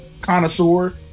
connoisseur